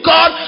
God